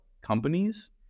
companies